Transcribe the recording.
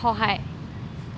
সহায়